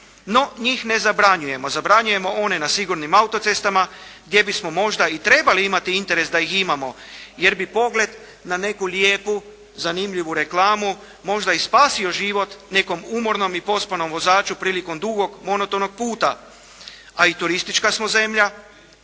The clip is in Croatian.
No njih ne zabranjujemo, zabranjujemo one na sigurnim autocestama gdje bismo možda i trebali imati interes da ih imamo, jer bi pogled na neku lijepu zanimljivu reklamu možda i spasio život nekom umornom i pospanom vozaču prilikom dugog monotonog puta, a i turistička smo zemlja,